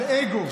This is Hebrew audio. על אגו.